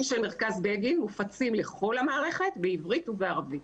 של מרכז בגין מופצים לכל המערכת בעברית ובערבית.